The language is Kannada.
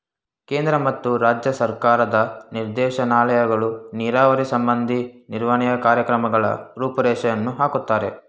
ಕೇಂದ್ರ ಮತ್ತು ರಾಜ್ಯ ಸರ್ಕಾರದ ನಿರ್ದೇಶನಾಲಯಗಳು ನೀರಾವರಿ ಸಂಬಂಧಿ ನಿರ್ವಹಣೆಯ ಕಾರ್ಯಕ್ರಮಗಳ ರೂಪುರೇಷೆಯನ್ನು ಹಾಕುತ್ತಾರೆ